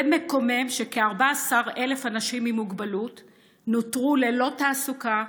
זה מקומם שכ-14,000 אנשים עם מוגבלות נותרו ללא תעסוקה,